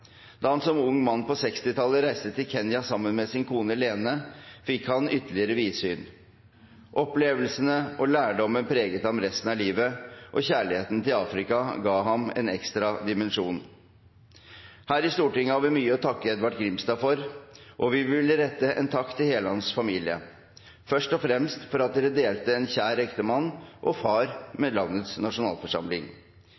Da han som ung mann på 1960-tallet reiste til Kenya sammen med sin kone, Lene, fikk han ytterligere vidsyn. Opplevelsene og lærdommen preget ham resten av livet, og kjærligheten til Afrika ga ham en ekstra dimensjon. Her i Stortinget har vi mye å takke Edvard Grimstad for, og vi vil rette en takk til hele hans familie – først og fremst for at dere delte en kjær ektemann og far